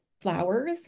flowers